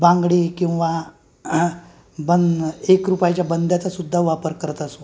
बांगडी किंवा बन एक रुपयाच्या बंद्याचासुद्धा वापर करत असो